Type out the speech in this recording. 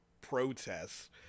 protests